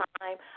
time